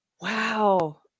Wow